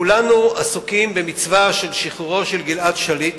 כולנו עסוקים במצווה של שחרור גלעד שליט,